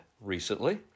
recently